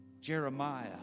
Jeremiah